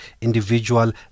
individual